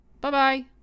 Bye-bye